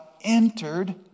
entered